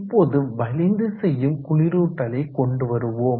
இப்போது வலிந்து செய்யும் குளிரூட்டலை கொண்டு வருவோம்